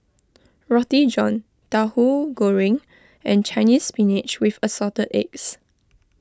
Roti John Tahu Goreng and Chinese Spinach with Assorted Eggs